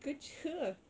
kerja ah